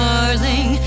Darling